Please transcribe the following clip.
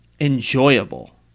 enjoyable